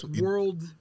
world